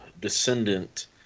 descendant